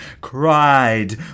cried